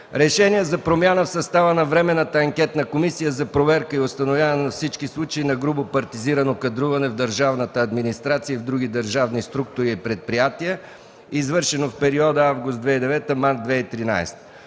решение е за промяна в състава на Временната анкетна комисия за проверка и установяване на всички случаи на грубо партизирано кадруване в държавната администрация и в други държавни структури и предприятия, извършено в периода август 2009 г. – март 2013